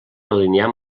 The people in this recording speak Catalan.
alinear